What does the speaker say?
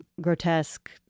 grotesque